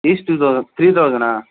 each two thou three తౌజనా